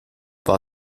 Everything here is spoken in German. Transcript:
war